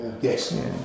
yes